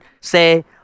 say